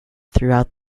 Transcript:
throughout